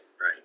right